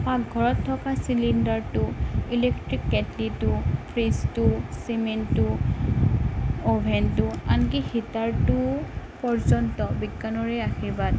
পাকঘৰত থকা চিলিণ্ডাৰটো ইলেক্ট্ৰিক কেটলিটো ফ্ৰীজটো চিমিনতো অভেনটো আনকি হিটাৰটোও পৰ্যন্ত বিজ্ঞানৰে আশীৰ্বাদ